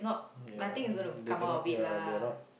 ya they cannot they are not